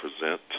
present